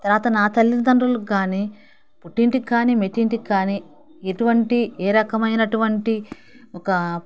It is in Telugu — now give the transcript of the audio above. తరువాత నా తల్లిదండ్రులకు కానీ పుట్టింటికి కానీ మెట్టింటికి కానీ ఎటువంటి ఏ రకమైనటువంటి ఒక